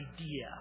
idea